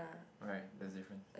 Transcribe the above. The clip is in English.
alright that's difference